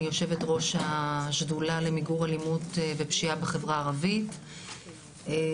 אני יושבת ראש השדולה למיגור אלימות ופשיעה בחברה הערבית ואני